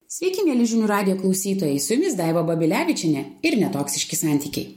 sveiki mieli žinių radijo klausytojai su jumis daiva babilevičienė ir netoksiški santykiai